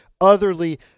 otherly